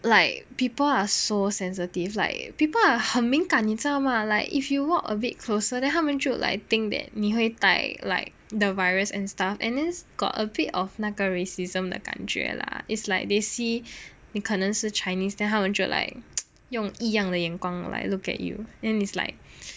like people are so sensitive like people are 很敏感你吗 like if you walk a bit closer then 他们就 like think that 你会带 like the virus and stuff and then got a bit of 那个 racism 的感觉 lah is like they see 你可能是 Chinese 他们就 like 用异样的眼光 like look at you then is like